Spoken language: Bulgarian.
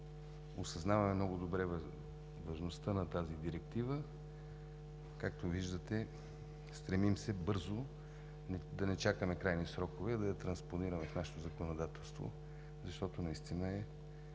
осъзнаваме много добре важността на тази директива, както виждате, стремим се бързо – да не чакаме крайни срокове, да я транспонираме в нашето законодателство, защото наистина е